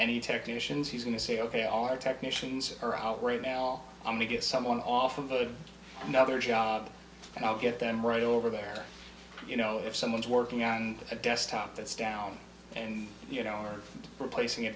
any technicians he's going to say ok our technicians are out right now and we get someone off of a another job and i'll get them right over there you know if someone's working on a desktop that's down and you know are replacing a